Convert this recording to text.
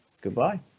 Goodbye